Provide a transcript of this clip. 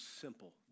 simple